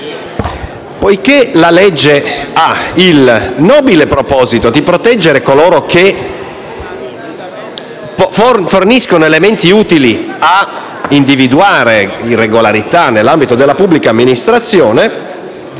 Poiché il provvedimento ha il nobile proposito di proteggere coloro che forniscono elementi utili a individuare irregolarità nell'ambito della pubblica amministrazione